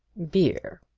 beer!